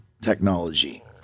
technology